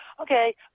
Okay